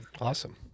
awesome